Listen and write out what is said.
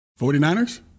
49ers